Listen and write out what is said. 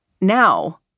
Now